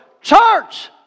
Church